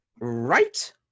right